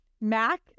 mac